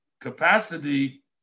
capacity